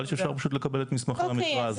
נראה לי שאפשר פשוט לקבל את מסמכי המכרז.